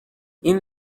این